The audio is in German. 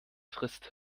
frisst